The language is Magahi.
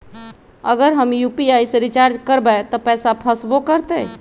अगर हम यू.पी.आई से रिचार्ज करबै त पैसा फसबो करतई?